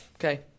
Okay